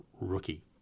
rookie